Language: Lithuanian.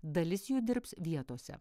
dalis jų dirbs vietose